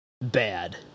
bad